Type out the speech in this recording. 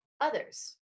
others